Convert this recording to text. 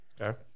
Okay